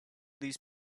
these